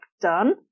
done